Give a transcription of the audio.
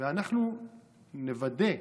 אנחנו נוודא,